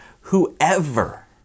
whoever